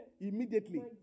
Immediately